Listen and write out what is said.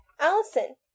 Allison